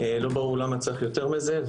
לא ברור למה צריך יותר מזה.